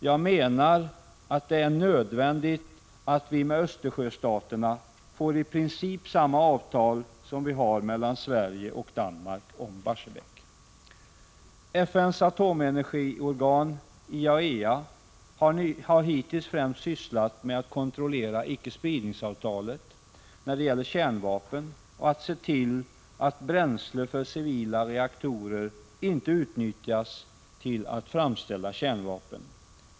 Jag menar att det är nödvändigt att vi med Östersjöstaterna får i princip samma avtal som vi har mellan Sverige och Danmark om Barsebäck. FN:s atomenergiorgan IAEA har hittills främst sysslat med att kontrollera icke-spridningsavtalet när det gäller kärnvapen och att se till att bränsle för civila reaktorer inte utnyttjas till att framställa kärnvapen.